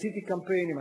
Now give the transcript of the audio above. עשיתי קמפיינים,